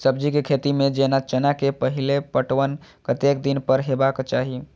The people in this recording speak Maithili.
सब्जी के खेती में जेना चना के पहिले पटवन कतेक दिन पर हेबाक चाही?